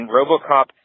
RoboCop